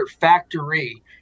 factory